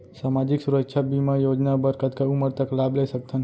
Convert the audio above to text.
सामाजिक सुरक्षा बीमा योजना बर कतका उमर तक लाभ ले सकथन?